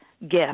gift